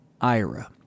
IRA